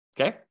Okay